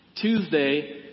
Tuesday